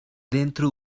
dentro